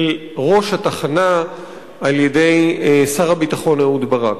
ראש התחנה על-ידי שר הביטחון אהוד ברק.